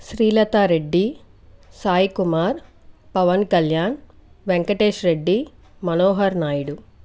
Srilatha Reddy Sai Kumar Pawan Kalyan Venkatesh Reddy Manohar Naidu